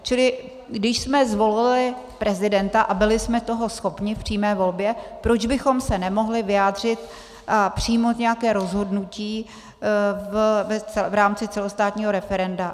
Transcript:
Čili když jsme zvolili prezidenta a byli jsme toho schopni v přímé volbě, proč bychom se nemohli vyjádřit přímo v nějakém rozhodnutí v rámci celostátního referenda?